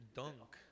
dunk